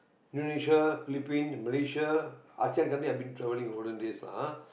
Indonesia Philippines Malaysia Asean country I've been travelling in olden days lah ah